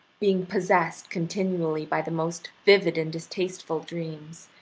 being possessed continually by the most vivid and distasteful dreams,